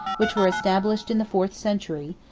which were established in the fourth century,